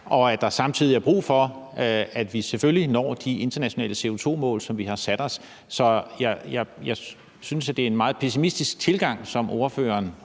og at der samtidig er brug for, at vi selvfølgelig når de internationale CO2-mål, som vi har sat os? Så jeg synes, det er en meget pessimistisk tilgang, som ordføreren